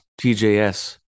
TJS